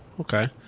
Okay